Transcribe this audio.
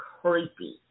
creepy